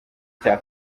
cya